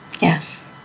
Yes